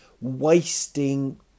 wasting